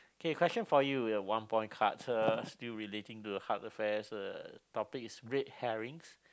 okay question for you a one point card uh still relating to heart affairs uh topic is red herrings